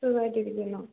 സുഖമായിട്ടിരിക്കുന്നു